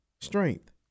strength